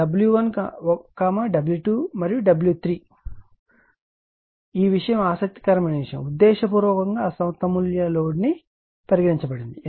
W1 W2 మరియు W3 మరియు ఈ విషయం ఆసక్తికరమైన విషయం ఉద్దేశపూర్వకంగా అసమతుల్య లోడ్ అని పరిగణించబడింది